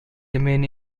remain